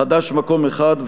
חד"ש: מקום אחד.